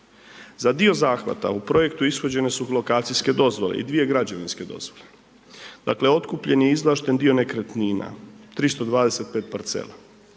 Za dio zahvata u projektu ishođene su lokacijske dozvole i dvije građevinske dozvole. Dakle otkupljen je izvlašten dio nekretnina, 325 parcela.